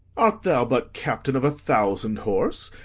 art thou but captain of a thousand horse,